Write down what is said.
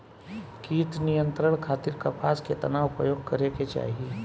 कीट नियंत्रण खातिर कपास केतना उपयोग करे के चाहीं?